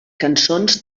cançons